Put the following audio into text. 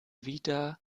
wieder